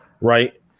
right